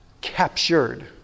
Captured